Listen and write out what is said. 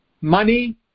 Money